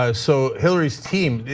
um so hillary's team,